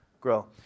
grow